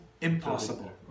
impossible